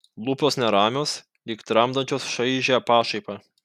lūpos neramios lyg tramdančios šaižią pašaipą